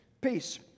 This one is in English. peace